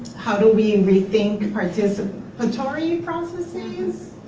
how do we and rethink participatory processes